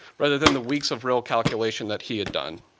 rather than the weeks of real calculation that he had done.